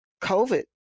COVID